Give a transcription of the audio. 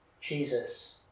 Jesus